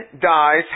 dies